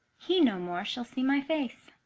he no more shall see my face